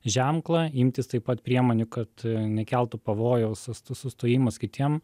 ženklą imtis taip pat priemonių kad nekeltų pavojaus tas sustojimas kitiem